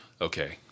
okay